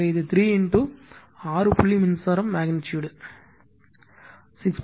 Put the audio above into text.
எனவே இது 3 ஆறு புள்ளி மின்சாரம் மெக்னிட்யூடு 6